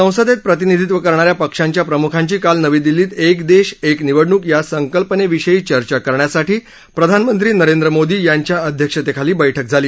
संसदेत प्रतिनिधित्व करणाऱ्या पक्षांच्या प्रम्खांची काल नवी दिल्लीत एक देश एक निवडणूक या संकल्पनेविषयी चर्चा करण्यासाठी प्रधानमंत्री नरेंद्र मोदी यांच्या अध्यक्षतेखाली बैठक झाली